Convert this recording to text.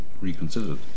reconsidered